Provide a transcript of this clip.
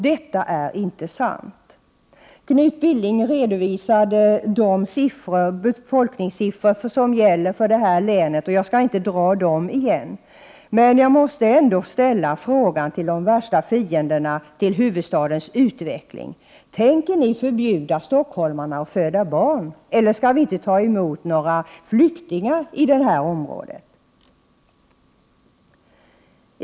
Detta är inte sant. Knut Billing redovisade de befolkningssiffror som gäller för länet. Jag skall inte dra dem igen. Men jag måste ändå fråga de värsta fienderna till huvudstadens utveckling: Tänker ni förbjuda stockholmarna att föda barn? Eller skall vi inte ta emot flyktingar i det här området?